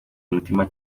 umutima